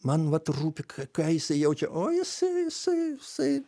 man vat rūpi ką jisai jaučia o jisai jisai jisai